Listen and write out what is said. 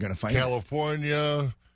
California